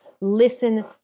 listen